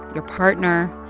your partner.